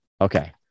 Okay